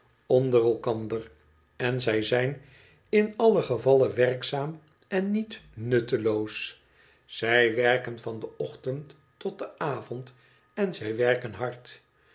onder elkander en zij zijn in allen gevalle werkzaam en niet nutteloos zij werken van den ochtend tot den avond en zij werken hard